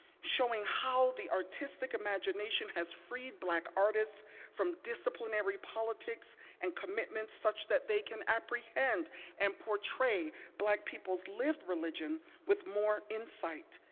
showing how the artistic imagination has freed black artists from disciplinary politics and commitments such that they can apprehend and portray black people's lived religion with more insight,